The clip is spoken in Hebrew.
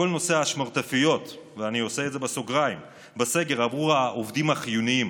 כל נושא השמרטפיות בסגר עבור העובדים החיוניים,